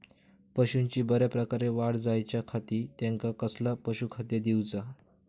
पशूंची बऱ्या प्रकारे वाढ जायच्या खाती त्यांका कसला पशुखाद्य दिऊचा?